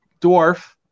dwarf